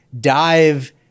dive